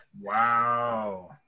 Wow